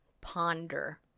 Ponder